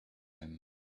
him